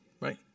Right